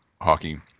hockey